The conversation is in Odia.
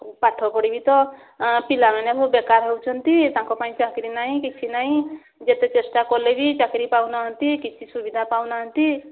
ପାଠ ପଢ଼ିକି ତ ପିଲାମାନେ ବହୁ ବେକାର ହେଉଛନ୍ତି ତାଙ୍କପାଇଁ ଚାକିରି ନାଇଁ କିଛି ନାଇଁ ଯେତେ ଚେଷ୍ଟା କଲେ ବି ଚାକିରି ପାଉ ନାହାଁନ୍ତି କିଛି ସୁବିଧା ପାଉ ନାହାଁନ୍ତି